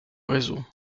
réseau